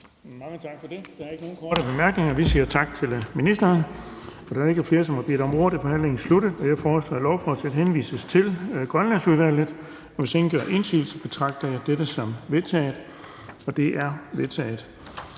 Mange tak for det. Der er ikke nogen korte bemærkninger, så vi siger tak til ministeren. Da der ikke er flere, som har bedt om ordet, er forhandlingen sluttet. Jeg foreslår, at lovforslaget henvises til Grønlandsudvalget. Hvis ingen gør indsigelse, betragter jeg dette som vedtaget. Det er vedtaget.